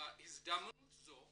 בהזדמנות זו